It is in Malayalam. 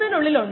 26 5